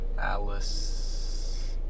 Alice